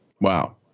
Wow